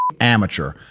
amateur